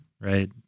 right